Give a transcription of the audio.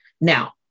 Now